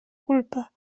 culpa